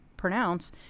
pronounce